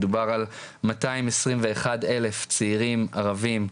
מדובר על מאתיים עשרים ואחד אלף צעירים ערבים,